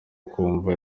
ukumva